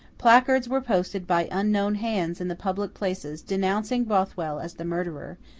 placards were posted by unknown hands in the public places denouncing bothwell as the murderer,